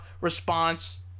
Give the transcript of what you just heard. response